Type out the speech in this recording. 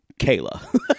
Kayla